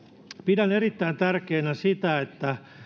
pidän erittäin tärkeänä sitä että